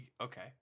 okay